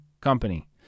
company